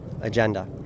agenda